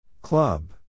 Club